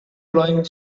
blowing